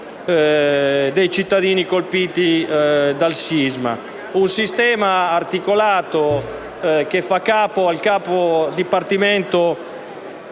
dei cittadini colpiti dal sisma. Un sistema articolato, che fa capo al capodipartimento